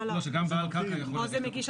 לא, שגם בעל קרקע יכול להגיש.